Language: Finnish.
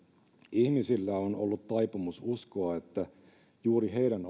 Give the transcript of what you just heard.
ihmisillä on ollut taipumus uskoa että juuri heidän